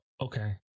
okay